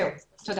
תודה.